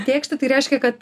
tėkšti tai reiškia kad